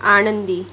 आनंदी